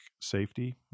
Safety